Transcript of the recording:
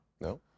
No